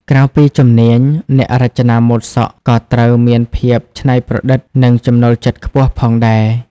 ក្រៅពីជំនាញ អ្នករចនាម៉ូដសក់ក៏ត្រូវមានភាពច្នៃប្រឌិតនិងចំណូលចិត្តខ្ពស់ផងដែរ។